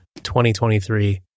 2023